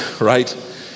right